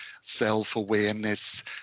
self-awareness